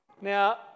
Now